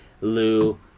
Lou